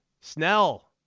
Snell